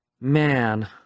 Man